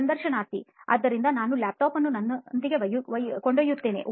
ಸಂದರ್ಶನಾರ್ಥಿ ಆದ್ದರಿಂದ ನನ್ನ laptop ಅನ್ನು ನನ್ನೊಂದಿಗೆ ಕೊಂಡೊಯ್ಯುತ್ತೇನೆ